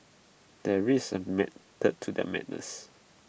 there is A method to their madness